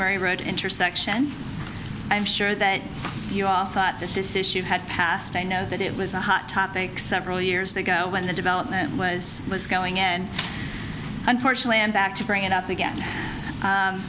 mary road intersection i'm sure that you all thought that this issue had passed i know that it was a hot topic several years ago when the development was was going and unfortunately i'm back to bring it up again